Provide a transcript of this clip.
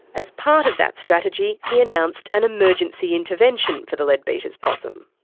as part of that strategy he announced an emergency intervention for the leadbeater's possum.